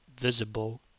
visible